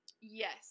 yes